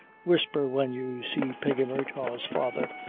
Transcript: whisper, when you see peggy murtagh's father,